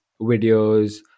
videos